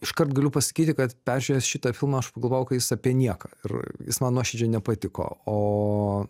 iškart galiu pasakyti kad peržiūrėjęs šitą filmą aš pagalvojau kad jis apie nieką ir jis man nuoširdžiai nepatiko o